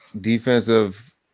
defensive